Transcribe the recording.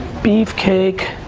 beefcake.